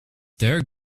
there